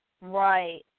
Right